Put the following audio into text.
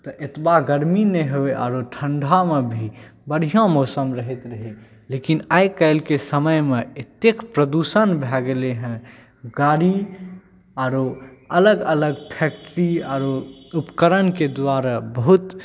तऽ एतबा गरमी नहि होइ आओर ठण्डामे भी बढ़िआँ मौसम रहैत रहै लेकिन आइकाल्हिके समयमे एतेक प्रदूषण भऽ गेलै हँ गाड़ी आओर अलग अलग फैक्ट्री आओर उपकरणके दुआरे बहुत